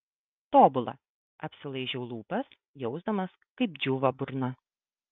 tobula apsilaižau lūpas jausdamas kaip džiūva burna